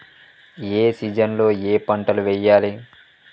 ఏ season లో ఏం పంటలు వెయ్యాలి?